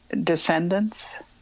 descendants